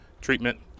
treatment